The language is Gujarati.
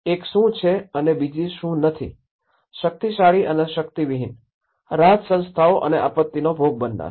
એક શું છે અને બીજી શું નથી શક્તિશાળી અને શક્તિવિહીન રાહત સંસ્થાઓ અને આપત્તિનો ભોગ બનનાર